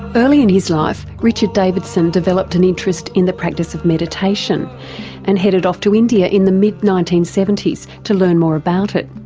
early in his life ah so richard davidson developed an interest in the practise of meditation and headed off to india in the mid nineteen seventy s to learn more about it,